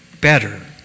better